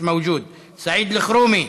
מיש מווג'וד, סעיד אלחרומי,